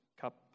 cup